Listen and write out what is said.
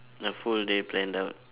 the full day planned out